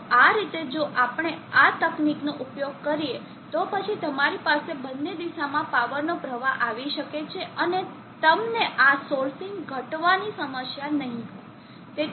તોઆ રીતે જો આપણે આ તકનીકનો ઉપયોગ કરીએ તો પછી તમારી પાસે બંને દિશામાં પાવરનો પ્રવાહ આવી શકે છે અને તમને આ સોર્સિંગ ઘટવાની સમસ્યા નહીં હોય